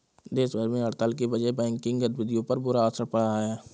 देश भर में हड़ताल की वजह से बैंकिंग गतिविधियों पर बुरा असर पड़ा है